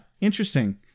interesting